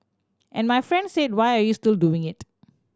and my friend said why are you still doing it